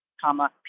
comma